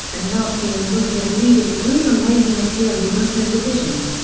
and nazi and muslim leaders agreed on raising a purely muslim division.